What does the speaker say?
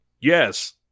Yes